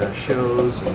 shows